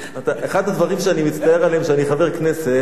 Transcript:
אחד הדברים שאני מצטער עליהם שאני חבר כנסת,